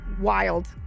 wild